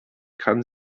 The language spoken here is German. kann